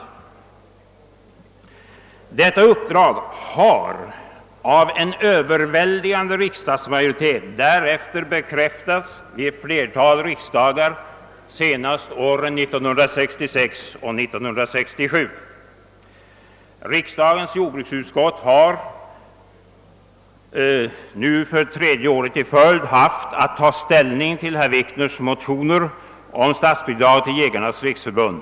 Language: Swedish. Detta uppdrag har av en överväldigande riksdagsmajoritet därefter bekräftats vid ett flertal riksdagar, senast åren 1966 och 1967. Riksdagens jordbruksutskott hår nu för tredje året i följd haft att ta ställning till herr Wikners motioner om statsbidrag till Jägarnas riksförbund.